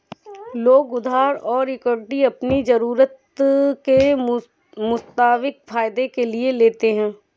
लोग उधार और इक्विटी अपनी ज़रूरत के मुताबिक फायदे के लिए लेते है